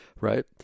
right